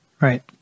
Right